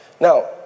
Now